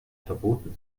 verboten